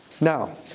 Now